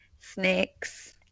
snakes